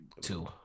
two